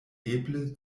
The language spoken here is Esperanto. eble